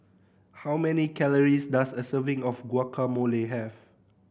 how many calories does a serving of Guacamole have